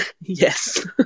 Yes